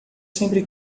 sempre